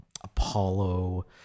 Apollo